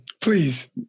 please